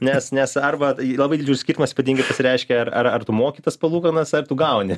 nes nes arba labai didelių skirtumas ypatingai pasireiškia ar ar tu moki tas palūkanas ar tu gauni